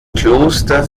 kloster